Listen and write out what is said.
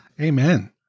Amen